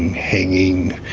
hanging,